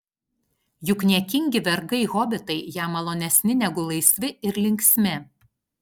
juk niekingi vergai hobitai jam malonesni negu laisvi ir linksmi